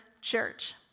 church